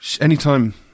Anytime